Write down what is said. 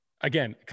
Again